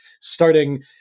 starting